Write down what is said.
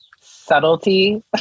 subtlety